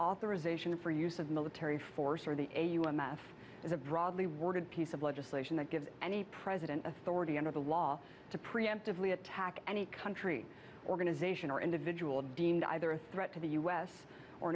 authorization for use of military force or the math is a broadly worded piece of legislation that gives any president authority under the law to preemptively attack any country organization or individual deemed either a threat to the u s or